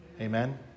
Amen